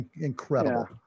Incredible